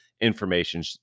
information